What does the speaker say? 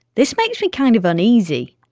this makes me kind of uneasy.